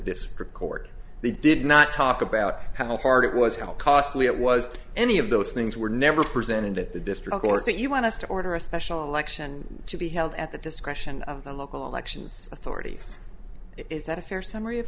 district court they did not talk about how hard it was hell costly it was any of those things were never presented at the district court that you want us to order a special election to be held at the discretion of the local elections authorities is that a fair summary of